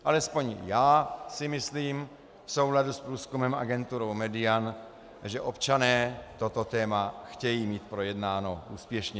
Alespoň já si myslím v souladu s průzkumem agentury Median, že občané toto téma chtějí mít projednáno úspěšně.